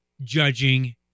judging